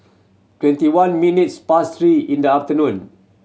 twenty one minutes past three in the afternoon